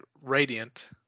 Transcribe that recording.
Radiant